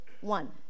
one